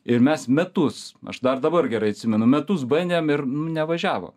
ir mes metus aš dar dabar gerai atsimenu metus bandėm ir nu nevažiavo